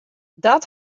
dat